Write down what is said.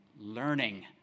learning